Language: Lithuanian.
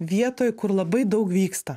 vietoj kur labai daug vyksta